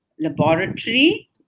laboratory